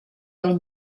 del